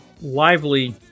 lively